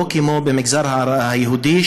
ולא כמו במגזר היהודי,